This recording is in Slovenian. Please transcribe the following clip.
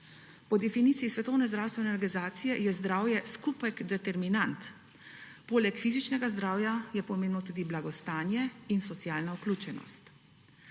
Po definiciji Svetovne zdravstvene organizacije je zdravje skupek determinant, poleg fizičnega zdravja sta pomembna tudi blagostanje in socialna vključenost.